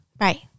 Right